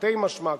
תרתי משמע,